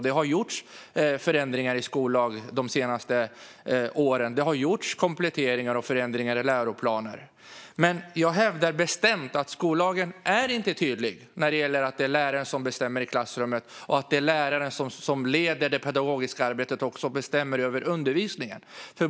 Det har gjorts förändringar i skollagen de senaste åren, och det har gjorts kompletteringar och förändringar i läroplaner. Men jag hävdar bestämt att skollagen inte är tydlig när det gäller att det är läraren som bestämmer i klassrummet och att det är läraren som leder det pedagogiska arbetet och bestämmer över undervisningen.